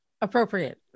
appropriate